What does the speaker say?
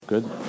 Good